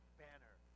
banner